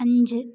അഞ്ച്